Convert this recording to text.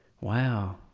Wow